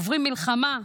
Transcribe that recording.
עוברים מלחמה,